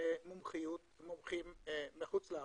מומחים מחו"ל.